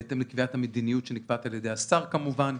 בהתאם לקביעת המדיניות שנקבעת על-ידי השר כמובן,